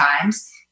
times